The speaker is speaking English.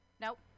Nope